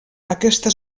aquesta